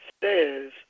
says